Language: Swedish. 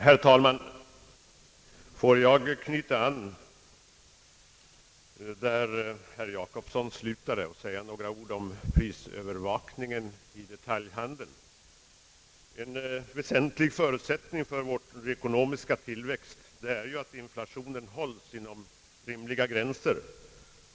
Herr talman! Får jag knyta an där herr Jacobsson slutade och säga några ord om prisövervakningen inom detaljhandeln. En väsentlig förutsättning för vår ekonomiska tillväxt är ju att inflationen hålls inom rimliga gränser.